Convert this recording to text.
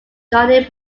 johnny